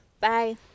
Bye